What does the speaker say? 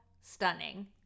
stunning